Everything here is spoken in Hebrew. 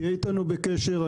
תהיה איתנו בקשר.